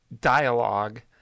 dialogue